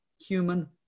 human